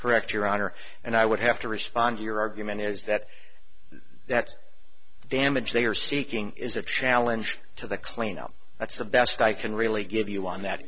correct your honor and i would have to respond your argument is that that the damage they are seeking is a challenge to the cleanup that's the best i can really give you on that